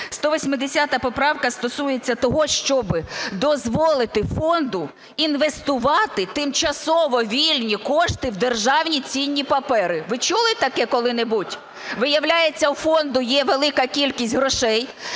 180 поправка стосується того, щоб дозволити фонду інвестувати тимчасово вільні кошти в державні цінні папери. Ви чули таке коли-небудь? Виявляється, у фонду є велика кількість грошей,